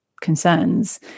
concerns